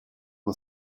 the